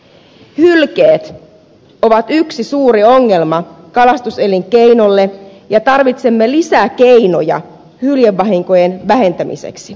hylkeet ovat yksi suuri ongelma kalastuselinkeinolle ja tarvitsemme lisäkeinoja hyljevahinkojen vähentämiseksi